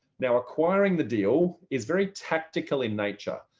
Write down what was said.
now acquiring the deal is very tactical in nature.